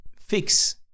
fix